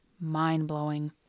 Mind-blowing